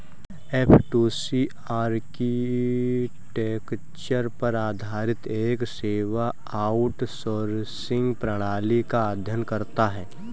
F two C architecture पर आधारित एक सेवा आउटसोर्सिंग प्रणाली का अध्ययन करता है